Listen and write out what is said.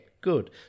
good